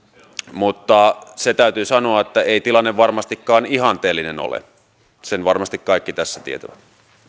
mutta se täytyy sanoa ettei tilanne varmastikaan ihanteellinen ole sen varmasti kaikki tässä tietävät